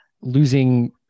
losing